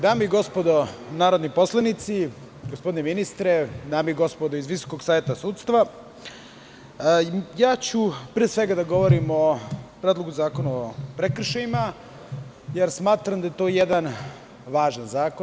Dame i gospodo narodni poslanici, gospodine ministre, dame i gospodo iz Visokog saveta sudstva, pre svega govoriću o Predlogu zakona o prekršajima, jer smatram da je to jedan važan zakon.